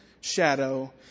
shadow